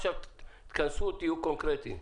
עכשיו תיכנסו ותהיו קונקרטיים.